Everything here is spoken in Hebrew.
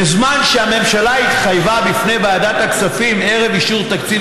בזמן שהממשלה התחייבה בפני ועדת הכספים ערב אישור תקציב